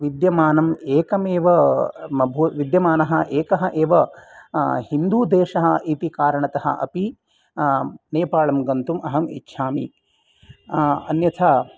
विद्यमानम् एकमेव विद्यमानः एकः एव हिन्दुदेशः इति कारणतः अपि नेपालं गन्तुम् अहम् इच्छामि अन्यथा